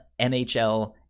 NHL